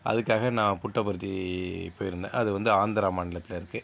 அதுக்காக நான் புட்டபர்த்தி போயிருந்தேன் அது வந்து ஆந்திரா மாநிலத்தில் இருக்குது